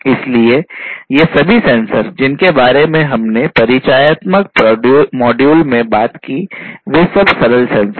इसलिए ये सभी सेंसर जिनके बारे में हमने पहले परिचयात्मक मॉड्यूल में बात की वे सब सरल सेंसर हैं